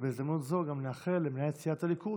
בהזדמנות זו גם נאחל למנהלת סיעת הליכוד,